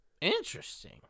interesting